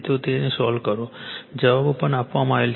તો તેને સોલ્વ કરો જવાબો પણ આપવામાં આવેલા છે